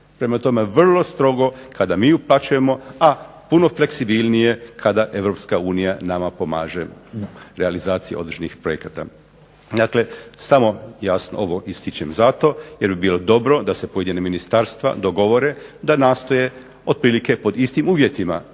Prema tome vrlo strogo kada mi uplaćujemo, a puno fleksibilnije kada Europska unija nama pomaže u realizaciji određenih projekata. Dakle samo jasno ovo ističem zato jer bi bilo dobro da se pojedina ministarstva dogovore da nastoje, otprilike pod istim uvjetima,